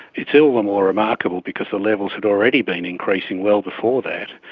it is all the more remarkable because the levels had already been increasing well before that.